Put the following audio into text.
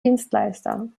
dienstleister